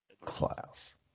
class